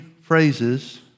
phrases